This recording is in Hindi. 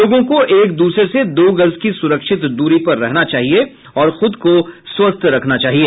लोगों को एक दूसरे से दो गज की सुरक्षित दूरी पर रहना चाहिए और खुद को स्वस्थ रखना चाहिए